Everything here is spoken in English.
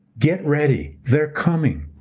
get ready. they're coming.